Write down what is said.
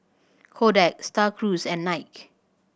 Kodak Star Cruise and Nike